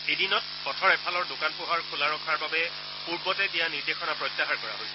এদিনত পথৰ এফালৰ দোকান পোহাৰ খোলা ৰখাৰ বাবে পূৰ্বতে দিয়া নিৰ্দেশনা প্ৰত্যাহাৰ কৰা হৈছে